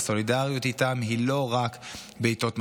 הסולידריות איתם היא לא רק בעיתות משבר,